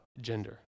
gender